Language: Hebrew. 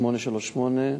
בדרכו לתלמוד-תורה.